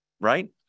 Right